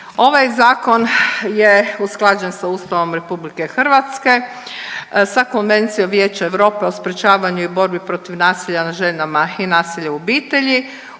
Ovaj zakon je usklađen sa Ustavom Republike Hrvatske, sa Konvencijom Vijeća Europe o sprječavanju i borbi protiv nasilja nad ženama i nasilja u obitelji,